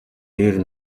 дээр